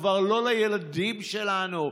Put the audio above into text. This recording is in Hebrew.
כבר לא לילדים שלנו.